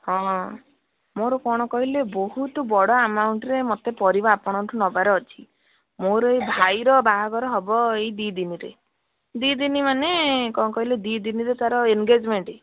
ହଁ ମୋର କ'ଣ କହିଲେ ବହୁତ ବଡ଼ ଆମାଉଣ୍ଟରେ ମୋତେ ପରିବା ଆପଣଙ୍କଠୁ ନେବାର ଅଛି ମୋର ଏଇ ଭାଇର ବାହାଘର ହେବ ଏଇ ଦୁଇ ଦିନରେ ଦୁଇ ଦିନ ମାନେ କ'ଣ କହିଲେ ଦୁଇ ଦିନରେ ତାର ଏନ୍ଗେଜମେଣ୍ଟ